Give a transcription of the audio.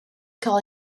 call